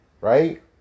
right